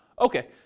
okay